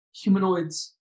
humanoids